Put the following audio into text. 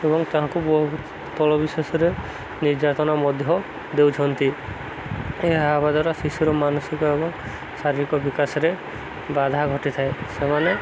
ଏବଂ ତାଙ୍କୁ ବହୁ ତଳ ବିଶେଷରେ ନିର୍ଯାତନା ମଧ୍ୟ ଦେଉଛନ୍ତି ଏହା ହବା ଦ୍ୱାରା ଶିଶୁର ମାନସିକ ଏବଂ ଶାରୀରିକ ବିକାଶରେ ବାଧା ଘଟିଥାଏ ସେମାନେ